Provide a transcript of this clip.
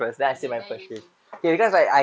okay then you say